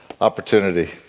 opportunity